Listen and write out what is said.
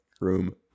room